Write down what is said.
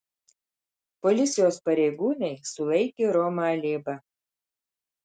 policijos pareigūnai sulaikė romą alėbą